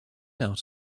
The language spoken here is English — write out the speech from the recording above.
out